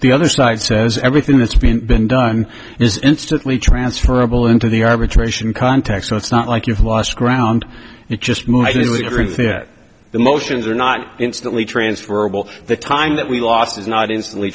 the other side says everything that's been been done is instantly transferable into the arbitration context so it's not like you've lost ground it just might mean the group think the motions are not instantly transferable the time that we lost is not instantly